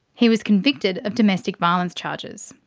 he was convicted of domestic violence charges.